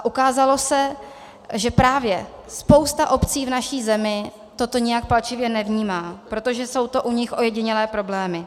Ukázalo se, že právě spousta obcí v naší zemi toto nijak palčivě nevnímá, protože jsou to u nich ojedinělé problémy.